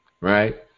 right